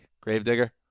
Gravedigger